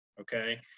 Okay